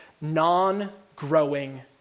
non-growing